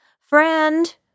Friend